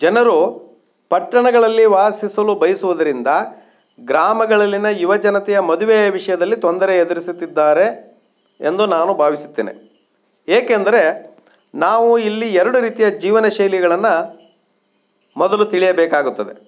ಜನರು ಪಟ್ಟಣಗಳಲ್ಲಿ ವಾಸಿಸಲು ಬಯಸುವುದರಿಂದ ಗ್ರಾಮಗಳಲ್ಲಿನ ಯುವಜನತೆಯ ಮದುವೆಯ ವಿಷಯದಲ್ಲಿ ತೊಂದರೆ ಎದುರಿಸುತ್ತಿದ್ದಾರೆ ಎಂದು ನಾನು ಭಾವಿಸುತ್ತೇನೆ ಏಕೆಂದರೆ ನಾವು ಇಲ್ಲಿ ಎರಡು ರೀತಿಯ ಜೀವನ ಶೈಲಿಗಳನ್ನು ಮೊದಲು ತಿಳಿಯಬೇಕಾಗುತ್ತದೆ